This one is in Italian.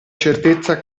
certezza